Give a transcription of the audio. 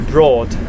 Broad